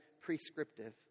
prescriptive